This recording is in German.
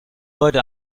leute